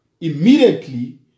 immediately